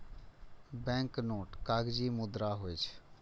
banknote कागजी मुद्रा होइ छै